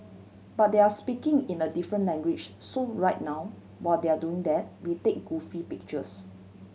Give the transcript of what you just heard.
but they're speaking in a different language so right now while they're doing that we take goofy pictures